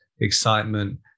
excitement